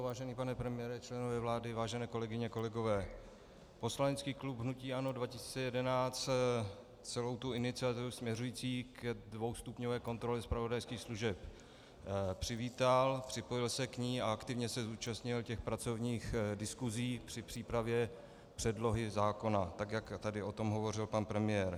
Vážený pane premiére, členové vlády, vážené kolegyně, kolegové, poslanecký klub hnutí ANO 2011 celou tu iniciativu směřující ke dvoustupňové kontrole zpravodajských služeb přivítal, připojil se k ní a aktivně se zúčastnil pracovních diskusí při přípravě předlohy zákona, jak tady o tom hovořil pan premiér.